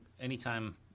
anytime